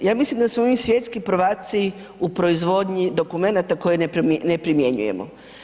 Dakle, ja mislim da smo mi svjetski prvaci u proizvodnji dokumenata koje ne primjenjujemo.